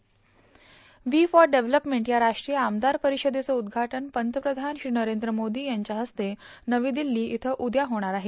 we for development या राष्ट्रीय आमदार परिषदेचं उद्घाटन पंतप्रधान श्री नरेंद्र मोदी यांच्या हस्ते नवी दिल्ली इथं उद्या होणार आहे